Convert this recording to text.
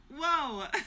whoa